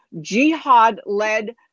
jihad-led